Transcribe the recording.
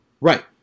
Right